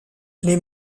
les